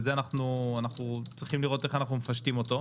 ויש לראות איך או מפשטים אותו.